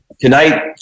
Tonight